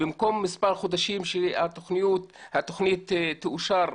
במקום מספר חודשים שהתוכנית תאושר,